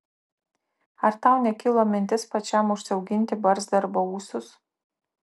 ar tau nekilo mintis pačiam užsiauginti barzdą arba ūsus